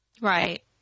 right